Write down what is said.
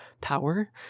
power